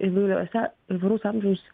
įvairiuose įvairaus amžiaus